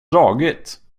dragit